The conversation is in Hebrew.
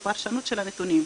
בפרשנות של הנתונים.